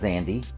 Andy